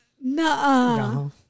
No